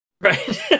Right